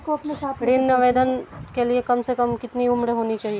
ऋण आवेदन के लिए कम से कम कितनी उम्र होनी चाहिए?